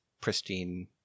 pristine